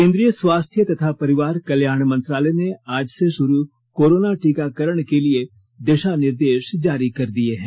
केंद्रीय स्वास्थ्य तथा परिवार कल्याण मंत्रालय ने आज से शुरू कोरोना टीकाकरण के लिए दिशा निर्देश जारी कर दिए हैं